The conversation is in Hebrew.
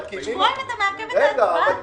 שבועיים אתה מעכב את ההצבעה על זה.